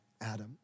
Adam